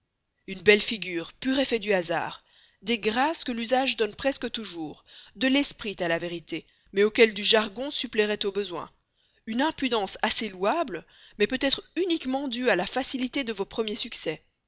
une belle figure pur effet du hasard des grâces que l'usage donne presque toujours de l'esprit à la vérité mais auquel du jargon suppléerait au besoin une impudence assez louable mais peut-être uniquement due à la facilité de vos premiers succès